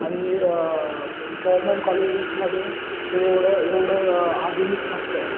आणि गव्हर्मेंट कॉलेजेसमध्ये हे एवढं एवढं आधुनिक नसतं